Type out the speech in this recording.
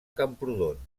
camprodon